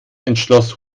entschloss